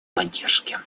поддержке